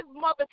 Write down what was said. mother